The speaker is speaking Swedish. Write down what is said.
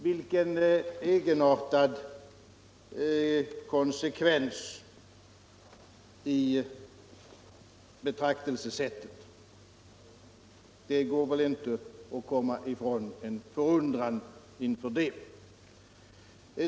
Vilken egenartad konsekvens i betraktelsesättet! Det går inte att komma ifrån en förundran inför den.